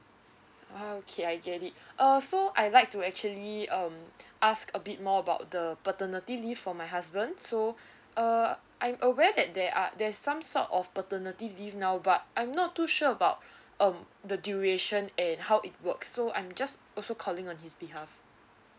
ah okay I get it uh so I like to actually um ask a bit more about the paternity leave for my husband so uh I'm aware that there are there's some sort of paternity leave now but I'm not too sure about um the duration and how it works so I'm just also calling on his behalf